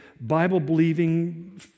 Bible-believing